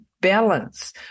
balance